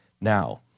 now